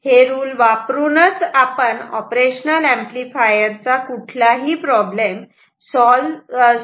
हे रूल वापरूनच आपण ऑपरेशनल ऍम्प्लिफायर चा कुठलाही प्रॉब्लेम सोडवू शकतो